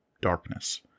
darkness